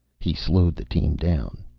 he slowed the team down.